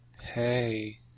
Hey